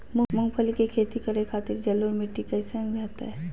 मूंगफली के खेती करें के खातिर जलोढ़ मिट्टी कईसन रहतय?